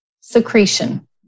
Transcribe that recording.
secretion